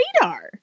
radar